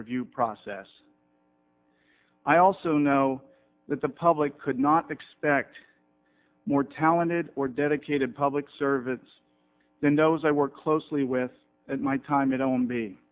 review process i also know that the public could not expect more talented or dedicated public servants than those i work closely with and my time is on